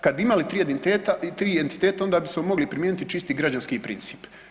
Kad bi imali tri entiteta onda bismo mogli primijeniti čisti građanski princip.